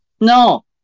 No